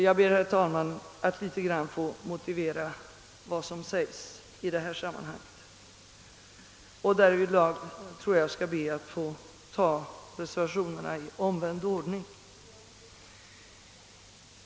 Jag ber, herr talman, att något få motivera vad som där anförs, och jag skall därvidlag ta reservationerna i omvänd ordning.